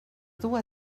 dur